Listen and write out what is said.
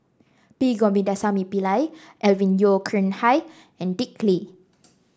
P Govindasamy Pillai Alvin Yeo Khirn Hai and Dick Lee